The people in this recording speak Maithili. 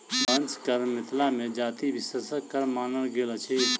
बंस कर्म मिथिला मे जाति विशेषक कर्म मानल गेल अछि